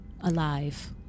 alive